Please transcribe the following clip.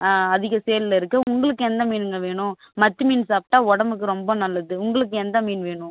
ஆ அதிகம் சேல்லில் இருக்குது உங்களுக்கு எந்த மீனுங்க வேணும் மத்தி மீன் சாப்பிட்டா உடம்புக்கு ரொம்ப நல்லது உங்களுக்கு எந்த மீன் வேணும்